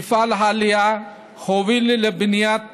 מפעל העלייה הוביל לבניית